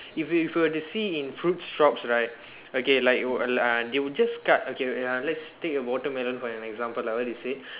if if you were to see in fruit shops right okay like okay like uh they will just cut okay wait uh let's take a watermelon for an example like what you say